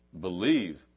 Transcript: believe